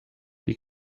die